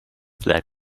that